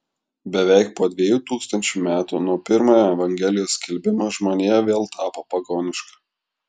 beveik po dviejų tūkstančių metų nuo pirmojo evangelijos skelbimo žmonija vėl tapo pagoniška